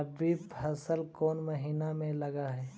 रबी की फसल कोन महिना में लग है?